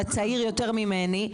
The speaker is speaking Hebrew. הצעיר יותר ממני,